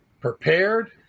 prepared